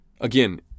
again